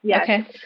Okay